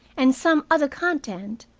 and some other content,